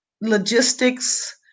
logistics